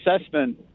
assessment